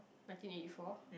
nineteen eighty four